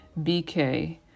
BK